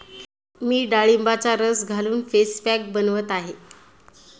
मी डाळिंबाचा रस घालून फेस पॅक बनवत आहे